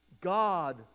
God